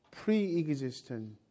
pre-existent